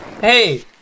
Hey